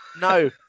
No